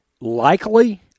Likely